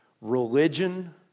Religion